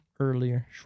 Earlier